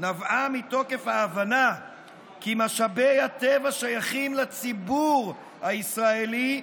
נבעה מתוקף ההבנה כי משאבי הטבע שייכים לציבור הישראלי,